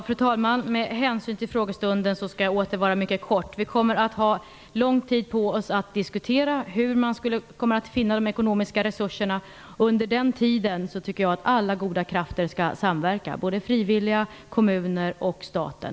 Fru talman! Med hänsyn till frågestunden skall jag åter vara mycket kort. Vi kommer att ha lång tid på oss att diskutera hur man skall finna de ekonomiska resurserna. Under tiden tycker jag att alla goda krafter skall samverka, både frivilliga, kommuner och staten.